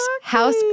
House